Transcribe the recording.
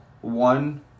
one